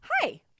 Hi